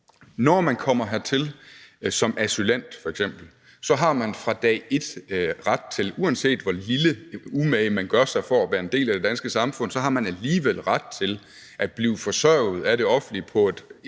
Når man kommer hertil som f.eks. asylant, har man fra dag et ret til, uanset hvor lidt umage man gør sig for at være en del af det danske samfund, at blive forsørget af det offentlige på et